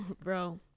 Bro